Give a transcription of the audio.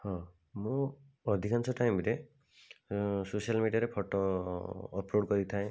ହଁ ମୁଁ ଅଧିକାଂଶ ଟାଇମ୍ରେ ସୋସିଆଲ୍ ମିଡ଼ିଆରେ ଫଟୋ ଅପଲୋଡ଼୍ କରିଥାଏ